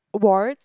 what